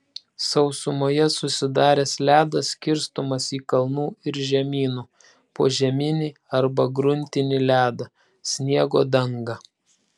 sausumoje susidaręs ledas skirstomas į kalnų ir žemynų požeminį arba gruntinį ledą sniego dangą